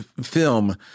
film